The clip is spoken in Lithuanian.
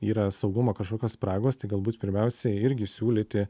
yra saugumo kažkokios spragos tai galbūt pirmiausiai irgi siūlyti